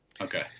Okay